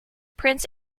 prince